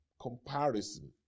comparison